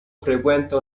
frequenta